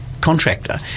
contractor